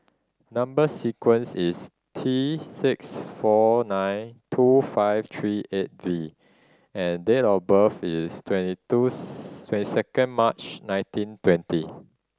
number sequence is T six four nine two five three eight V and date of birth is twenty two twenty second March nineteen twenty